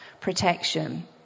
protection